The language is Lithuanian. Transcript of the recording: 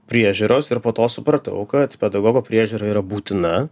priežiūros ir po to supratau kad pedagogo priežiūra yra būtina